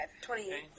Twenty-eight